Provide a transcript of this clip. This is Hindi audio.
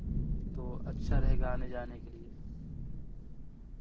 तो अच्छा रहेगा आने जाने के लिए